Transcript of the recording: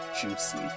juicy